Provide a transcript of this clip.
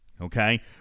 Okay